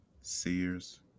Sears